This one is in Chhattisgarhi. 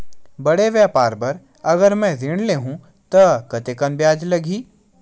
बड़े व्यापार बर अगर मैं ऋण ले हू त कतेकन ब्याज लगही?